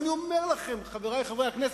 אני אומר לכם, חברי חברי הכנסת,